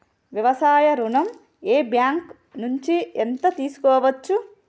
వ్యవసాయ ఋణం ఏ బ్యాంక్ నుంచి ఎంత తీసుకోవచ్చు?